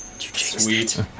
Sweet